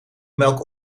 melk